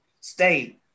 State